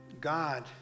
God